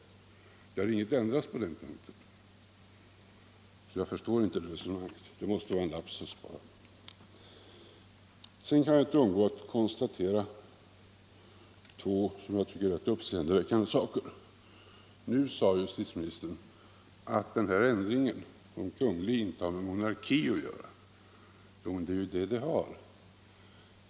Ingenting har ändrats på den punkten. Jag förstår inte resonemanget. Det måste vara en lapsus. Sedan kan jag inte undgå att konstatera två som jag tycker rätt uppseendeväckande saker. Justitieministern säger att den ändrade användningen av beteckningen Kungl. inte har med monarki att göra. Jo, men det är ju det den har.